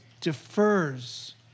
defers